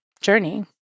journey